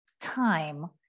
time